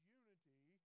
unity